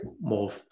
more